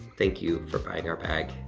thank you for buying our bag.